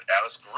Alice